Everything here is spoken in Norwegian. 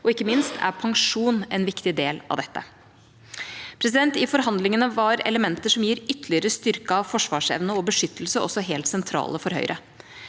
Ikke minst er pensjon en viktig del av dette. I forhandlingene var elementer som gir ytterligere styrket forsvarsevne og beskyttelse, helt sentrale for Høyre.